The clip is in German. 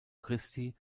christi